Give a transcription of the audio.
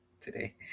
today